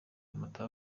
amata